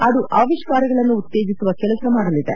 ಅದು ಆವಿಷ್ಕಾರಗಳನ್ನು ಉತ್ತೇಜಿಸುವ ಕೆಲಸ ಮಾಡಲಿದೆ